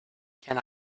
can